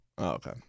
okay